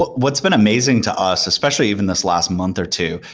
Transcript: but what's been amazing to us, especially even this last month or two,